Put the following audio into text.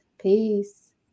Peace